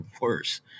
worse